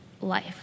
life